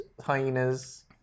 hyenas